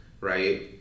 Right